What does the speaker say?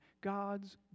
God's